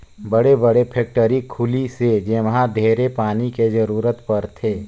बड़े बड़े फेकटरी खुली से जेम्हा ढेरे पानी के जरूरत परथे